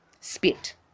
spit